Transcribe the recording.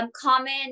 common